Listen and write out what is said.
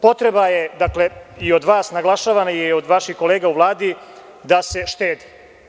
Potreba je, dakle, i od vas naglašavam i od vaših kolega u Vladi, da se štedi.